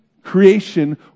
Creation